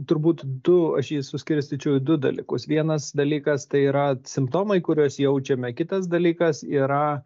turbūt du aš jį suskirstyčiau į du dalykus vienas dalykas tai yra simptomai kuriuos jaučiame kitas dalykas yra